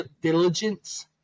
diligence